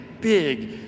big